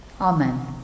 Amen